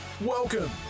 Welcome